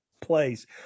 place